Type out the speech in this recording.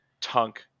Tunk